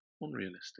unrealistic